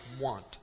want